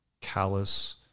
callous